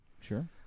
sure